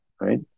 right